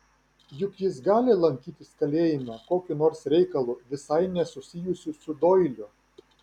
juk jis gali lankytis kalėjime kokiu nors reikalu visai nesusijusiu su doiliu